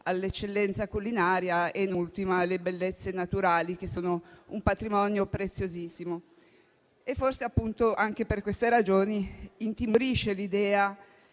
all'eccellenza culinaria e, in ultimo, alle bellezze naturali, che sono un patrimonio preziosissimo. E forse, appunto anche per questa ragione, intimorisce l'idea